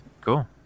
cool